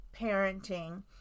Parenting